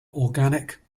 organic